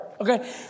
Okay